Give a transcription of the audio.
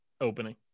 opening